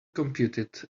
computed